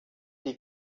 die